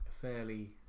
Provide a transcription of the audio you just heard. fairly